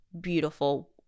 beautiful